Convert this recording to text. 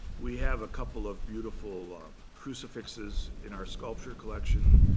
we have a couple of beautiful um crucifixes in our sculpture collection.